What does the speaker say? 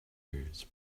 ears